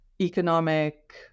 economic